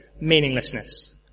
meaninglessness